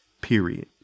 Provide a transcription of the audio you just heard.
period